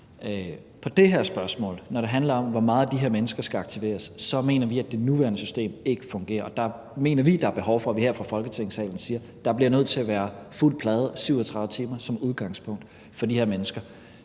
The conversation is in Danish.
På det her spørgsmål, når det handler om, hvor meget de her mennesker skal aktiveres, mener vi, at det nuværende system ikke fungerer. Der mener vi, at der er behov for, at vi her fra Folketingssalen siger: Der bliver nødt til at være fuld plade, 37 timer som udgangspunkt for de her mennesker.